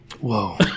Whoa